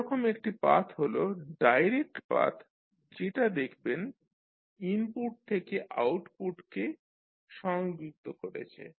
সেরকম একটি পাথ হল ডাইরেক্ট পাথ যেটা দেখবেন ইনপুট থেকে অউটপুটকে সংযুক্ত করেছে